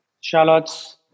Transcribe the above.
shallots